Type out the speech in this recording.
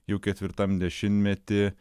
jau ketvirtam dešimtmety